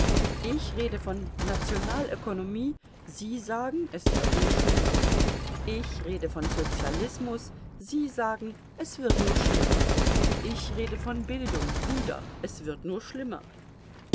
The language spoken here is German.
ich rede von nationalökonomie sie sagen es wird nur schlimmer ich rede von sozialismus sie sagen es wird nur schlimmer ich rede von bildung wieder es wird nur schlimmer